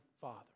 Father